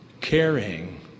Caring